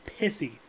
pissy